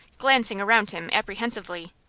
glancing around him apprehensively.